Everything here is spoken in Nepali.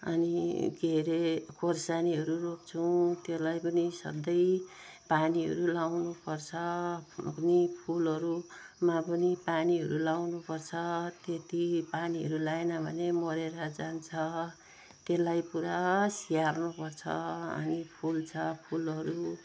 अनि के रे खोर्सानीहरू रोप्छौँ त्यसलाई पनि सधैँ पानीहरू लाउनुपर्छ नि फुलहरू मा पनि पानीहरू लाउनुपर्छ त्यति पानीहरू लाएन भने मरेर जान्छ त्यसलाई पुरा स्याहार्नुपर्छ अनि फुल्छ फुलहरू